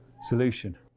solution